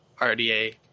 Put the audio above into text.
RDA